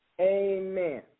Amen